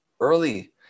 early